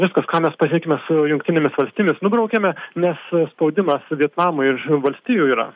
viskas ką mes pasiekėme su jungtinėmis valstijomis nubraukiame nes spaudimas vietnamui iš valstijų yra